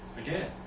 again